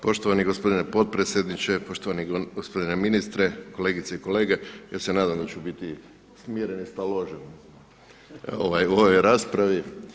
Poštovani gospodine potpredsjedniče, poštovani gospodine ministre, kolegice i kolege, ja se nadam da ću biti smiren i staložen u ovoj raspravi.